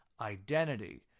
identity